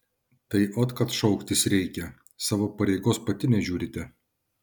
tai ot kad šauktis reikia savo pareigos pati nežiūrite